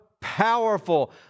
powerful